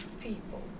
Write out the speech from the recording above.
people